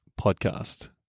podcast